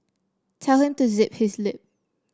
tell him to zip his lip